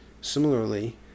Similarly